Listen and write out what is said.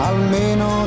Almeno